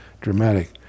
dramatic